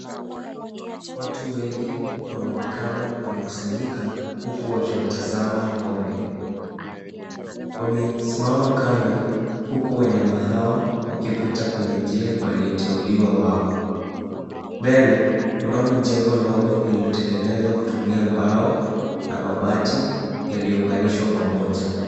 Watu wengi wanaonekana wamekusanyika huku wakiwatazama ng'ombe. Wamesimama kando huku wanyama hao wakipita kwenye njia walioteuliwa wao. Mbele , mnano jengo lilitengenezwa kutumia mbao na mabati yaliounganishwa pamoja.